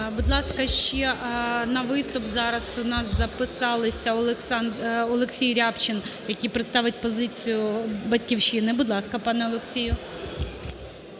Будь ласка, ще на виступ зараз у нас записалися Олексій Рябчин, який представить позицію "Батьківщини". Будь ласка, пане Олексію.